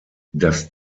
das